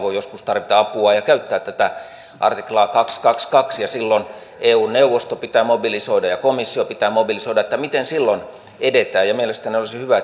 joka voi joskus tarvita apua ja käyttää tätä artiklaa kaksisataakaksikymmentäkaksi ja silloin eun neuvosto pitää mobilisoida ja komissio pitää mobilisoida niin miten silloin edetään mielestäni olisi hyvä